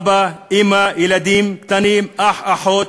אבא, אימא, ילדים קטנים, אח, אחות,